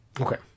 okay